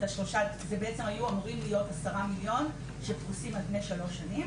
זה בעצם היו אמורים להיות 10 מיליון שפרוסים על פני שלוש שנים,